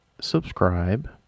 subscribe